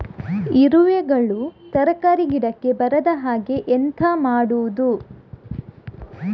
ಇರುವೆಗಳು ತರಕಾರಿ ಗಿಡಕ್ಕೆ ಬರದ ಹಾಗೆ ಎಂತ ಮಾಡುದು?